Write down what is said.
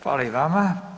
Hvala i vama.